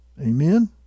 Amen